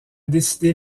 décidé